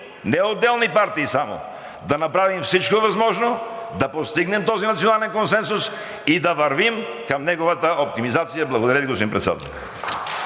не отделни партии само, да направим всичко възможно да постигнем този национален консенсус и да вървим към неговата оптимизация. Благодаря Ви, господин Председател.